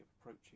approaching